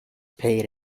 paid